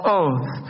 oath